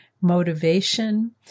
motivation